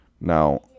Now